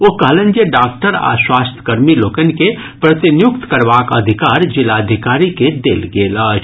ओ कहलनि जे डॉक्टर आ स्वास्थ्य कर्मी लोकनि के प्रतिनियुक्त करबाक अधिकार जिलाधिकारी के देल गेल अछि